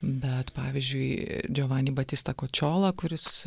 bet pavyzdžiui džovani batista kočiola kuris